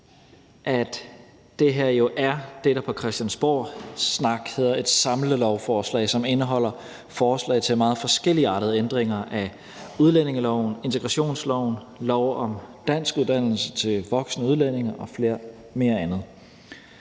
hedder et samlelovforslag, og som indeholder forslag til meget forskelligartede ændringer af udlændingeloven, integrationsloven, lov om danskuddannelse til voksne udlændinge m.fl. Sådan er